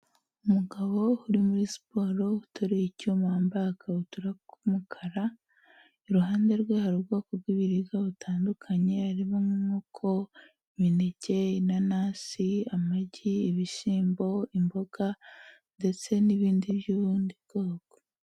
Umugabo uri muri siporo utare icyuma wambaye aga kabutura k'umukara, iruhande rwe hari ubwoko bw'ibiribwa butandukanye, harimo inkoko, mineke, inanasi, amagi, ibishyimbo, imboga ndetse n'ibindi by'ubundi bwoko.